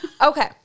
Okay